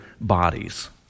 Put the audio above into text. bodies